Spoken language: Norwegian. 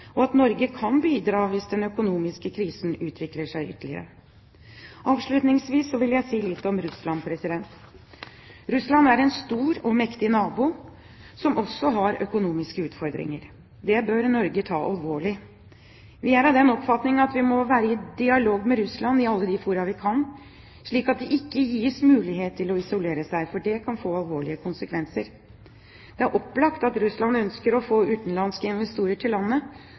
og at Norge kan bidra hvis den økonomiske krisen utvikler seg ytterligere. Avslutningsvis vil jeg si litt om Russland. Russland er en stor og mektig nabo, som også har økonomiske utfordringer. Det bør Norge ta alvorlig. Vi er av den oppfatning at vi må være i dialog med Russland i alle de fora vi kan, slik at de ikke gis mulighet til å isolere seg, for det kan få alvorlige konsekvenser. Det er opplagt at Russland ønsker å få utenlandske investorer til landet